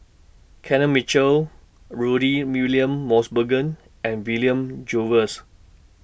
Kenneth Mitchell Rudy William Mosbergen and William Jervois